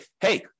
hey